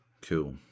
cool